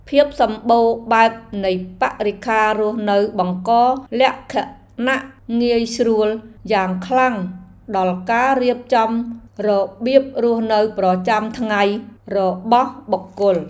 ភាពសម្បូរបែបនៃបរិក្ខាររស់នៅបង្កលក្ខណៈងាយស្រួលយ៉ាងខ្លាំងដល់ការរៀបចំរបៀបរស់នៅប្រចាំថ្ងៃរបស់បុគ្គល។